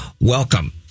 welcome